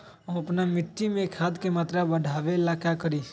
हम अपना मिट्टी में खाद के मात्रा बढ़ा वे ला का करी?